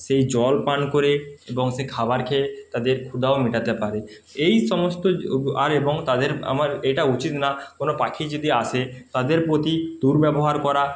সেই জল পান করে এবং সে খাবার খেয়ে তাদের ক্ষুধাও মেটাতে পারে এই সমস্ত আর এবং তাদের আমার এটা উচিত না কোনো পাখি যদি আসে তাদের প্রতি দুর্ব্যবহার করা